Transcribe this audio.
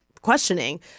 questioning